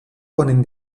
ponen